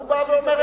הוא בא ואומר,